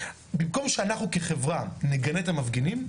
במקום שאנחנו כחברה נגנה את המפגינים,